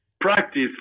Practice